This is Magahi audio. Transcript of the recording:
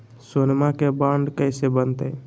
सोनमा के बॉन्ड कैसे बनते?